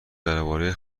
درباره